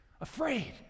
Afraid